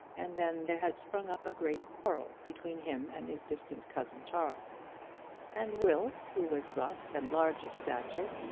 and then there had sprung up a great quarrel between him and his distant cousin charles and will, who was rough and large of stature,